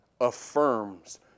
affirms